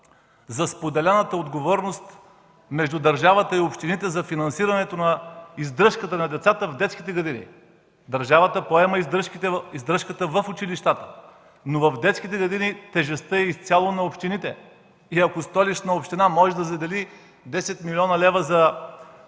за споделената отговорност между държавата и общините за финансиране издръжката на децата в детските градини. Държавата поема издръжката в училищата, но в детските градини тежестта е изцяло върху общините. Ако Столична община може да задели 10 милиона лева за